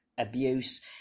Abuse